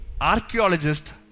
Archaeologist